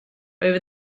over